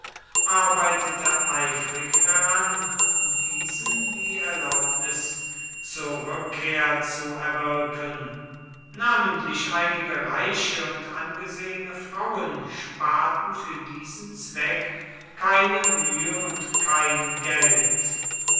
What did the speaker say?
arbeitete eifrig daran diesen die erlaubnis zur rückkehr zu erwirken namentlich einige reiche und angesehene frauen sparten für diesen zweck keine mühe und kein geld